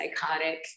psychotic